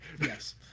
yes